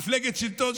מפלגת שלטון,